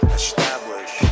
establish